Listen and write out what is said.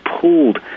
pulled